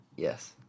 Yes